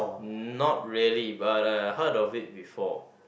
uh not really but uh heard of it before